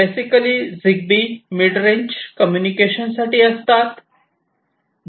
basically Zigbee mid range कम्युनिकेशनसाठी असतात